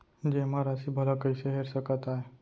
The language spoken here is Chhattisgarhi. जेमा राशि भला कइसे हेर सकते आय?